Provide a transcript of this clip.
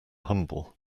humble